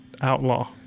Outlaw